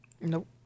Nope